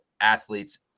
athletes